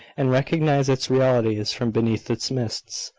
and recognise its realities from beneath its mists,